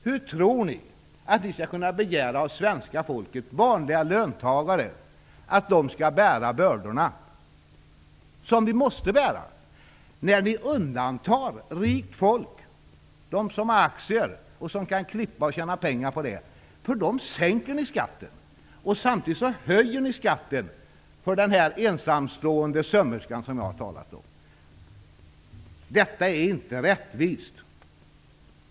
Hur tror ni att ni skall kunna begära av svenska folket -- vanliga löntagare -- att de skall bära bördorna, när ni undantar rikt folk, de som har aktier och kan tjäna pengar på att göra ''klipp'', och sänker skatten för dem? Samtidigt höjer ni skatten för den ensamstående sömmerskan. Detta är inte rättvist.